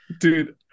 Dude